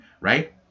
right